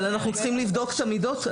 אבל אנחנו צריכים לבדוק את המידות.